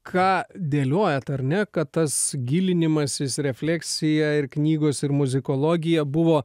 ką dėliojat ar ne kad tas gilinimasis refleksija ir knygos ir muzikologija buvo